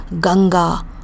Ganga